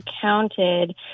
counted